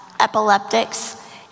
epileptics